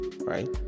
right